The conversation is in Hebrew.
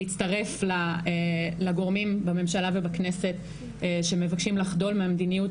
להצטרף לגורמים בכנסת ובממשלה שמבקשים לחדול מהמדיניות